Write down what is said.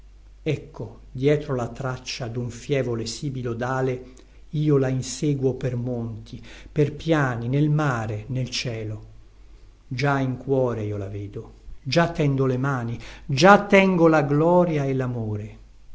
ecco dietro la traccia dun fievole sibilo dale io la inseguo per monti per piani nel mare nel cielo già in cuore io la vedo già tendo le mani già tengo la gloria e lamore